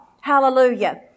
Hallelujah